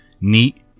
neat